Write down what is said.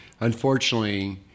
Unfortunately